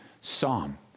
psalm